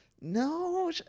No